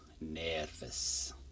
Nervous